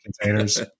containers